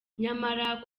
nyamara